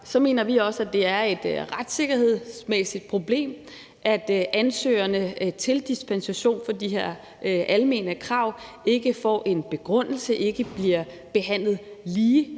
mener vi også, at det er et retssikkerhedsmæssigt problem, at ansøgerne, der søger om dispensation fra de her almene krav, ikke får en begrundelse, ikke bliver behandlet ligeligt